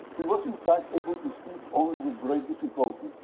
he was in fact able to speak only with great difficulty,